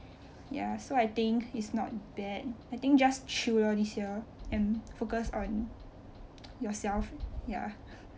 ya so I think it's not bad I think just chill lor this year and focus on yourself ya